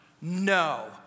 no